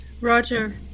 Roger